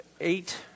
eight